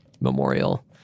memorial